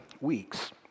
weeks